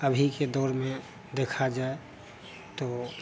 अभी दौर में देखा जाए तो